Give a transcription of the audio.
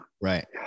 right